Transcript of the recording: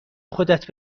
خودت